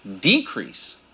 decrease